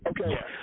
Okay